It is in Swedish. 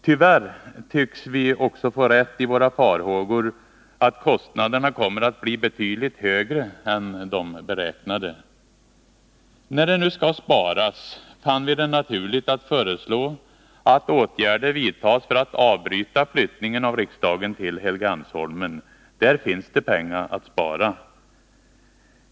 Tyvärr tycks vi också få rätt i våra farhågor — att kostnaderna kommer att bli betydligt högre än de beräknade. När det nu skall sparas fann vi det naturligt att föreslå att åtgärder vidtas för att avbryta flyttningen av riksdagen till Helgeandsholmen. Där finns det pengar att spara.